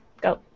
Go